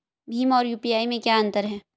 भीम और यू.पी.आई में क्या अंतर है?